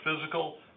physical